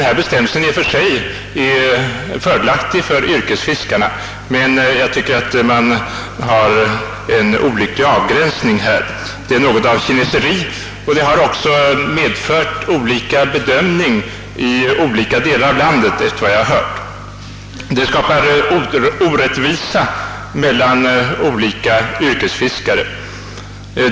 Omsbefrielsen är givetvis fördelaktig för yrkesfiskarna, men jag tycker att man har gjort en olycklig avgränsning. Det är något av kineseri, och det har också medfört olika bedömningar i skilda delar av landet, efter vad jag hört. Detta skapar orättvisa mellan olika yrkesfiskare.